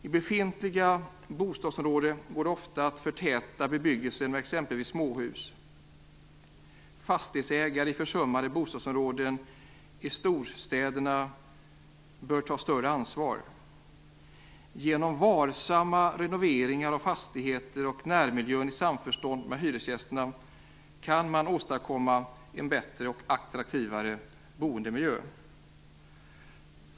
I befintliga bostadsområden går det ofta att förtäta bebyggelsen med t.ex. småhus. Fastighetsägare i försummade bostadsområden i storstäderna bör ta större ansvar. Genom varsamma renoveringar av fastigheter och närmiljö i samförstånd med hyresgästerna kan man åstadkomma en bättre och attraktivare boendemiljö.